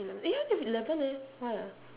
eh I only have eleven eh why ah